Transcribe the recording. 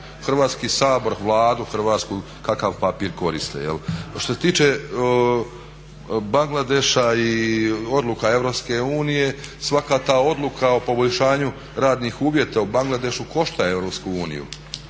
Hrvatski sabor, Hrvatsku vladu kakav papir koriste, jel'. Što se tiče Bangladeša i odluka EU, svaka ta odluka o poboljšanju radnih uvjeta u Bangladešu košta EU.